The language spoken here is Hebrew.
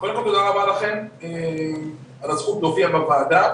קודם כל תודה רבה לכם על הזכות להופיע בוועדה.